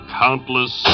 countless